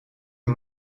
een